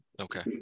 Okay